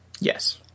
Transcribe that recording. Yes